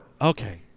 Okay